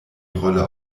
rolle